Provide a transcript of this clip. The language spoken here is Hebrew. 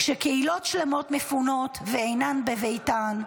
כשקהילות שלמות מפונות ואינן בביתן,